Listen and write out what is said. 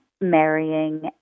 marrying